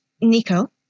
Nico